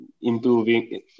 improving